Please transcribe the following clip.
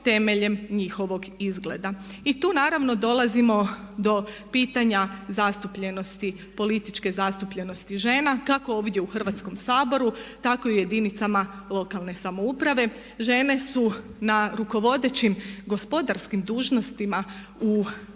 I tu naravno dolazimo do pitanja političke zastupljenosti žena kako ovdje u Hrvatskom saboru tako i u jedinicama lokalne samouprave. Žene su na rukovodećim gospodarskim dužnostima u